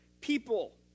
people